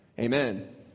Amen